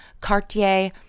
Cartier